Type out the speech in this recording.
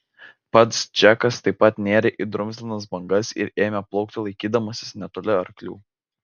pats džekas taip pat nėrė į drumzlinas bangas ir ėmė plaukti laikydamasis netoli arklių